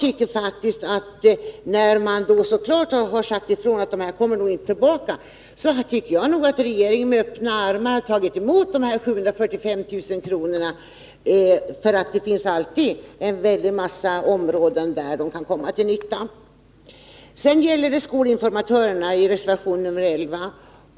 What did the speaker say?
När man nu så klart har sagt ifrån att de här personerna inte kommer tillbaka, tycker jag nog att regeringen med öppna armar borde ha tagit emot de 745 000 kronorna, för det finns alltid en massa områden där de kan komma till nytta. Sedan några ord om skolinformatörerna, som vi har berört i reservation 11.